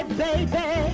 baby